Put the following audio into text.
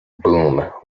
boom